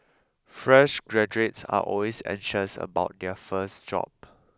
fresh graduates are always anxious about their first job